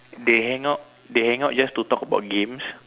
they hang out they hang out just to talk about games